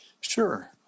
Sure